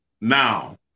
Now